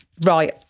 right